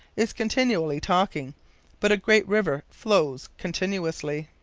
is continually talking but a great river flows continuously.